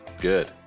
Good